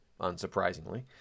unsurprisingly